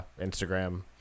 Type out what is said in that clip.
Instagram